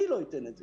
אני לא אתן את זה.